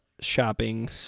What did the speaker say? shopping